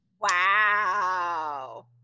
Wow